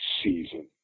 Season